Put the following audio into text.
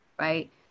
right